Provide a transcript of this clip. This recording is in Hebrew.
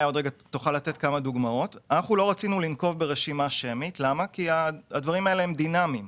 לא רצינו לנקוב ברשימה שמית כי הדברים האלה דינאמיים,